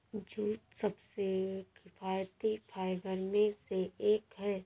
jute सबसे किफायती fibre में से एक है